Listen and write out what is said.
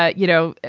ah you know,